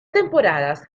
temporadas